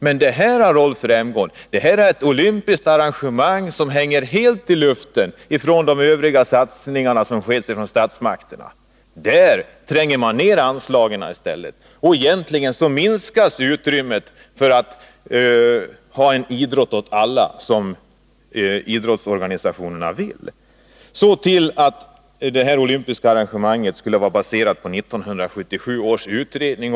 Men detta, Rolf Rämgård, är ett olympiskt arrangemang som hänger helt i luften vid sidan av övriga satsningar som görs av statsmakterna. På andra områden skär man i stället ner anslagen. Egentligen minskas ju utrymmet för att ha idrott åt alla, som idrottsorganisationerna vill. Så till detta att det olympiska arrangemanget skulle vara baserat på 1977 års utredning.